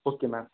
okay ma'am